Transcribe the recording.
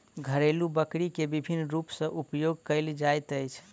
घरेलु बकरी के विभिन्न रूप सॅ उपयोग कयल जाइत अछि